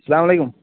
اَسلام وعلیکُم